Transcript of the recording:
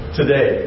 today